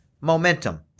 momentum